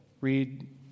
Read